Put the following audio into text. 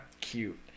Cute